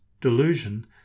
delusion